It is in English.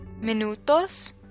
Minutos